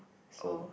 so